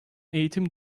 eğitim